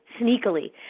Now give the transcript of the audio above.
sneakily